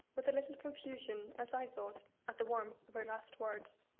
with a little confusion, as i thought, at the warmth of her last words.